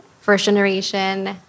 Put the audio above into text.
first-generation